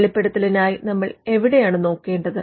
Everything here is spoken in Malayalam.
വെളിപ്പെടുത്തലിനായി നമ്മൾ എവിടെയാണ് നോക്കേണ്ടത്